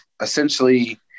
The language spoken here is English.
essentially